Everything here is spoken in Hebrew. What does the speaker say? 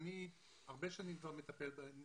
אני הרבה שנים מטפל בהם